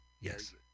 Yes